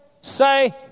say